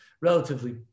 relatively